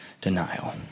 denial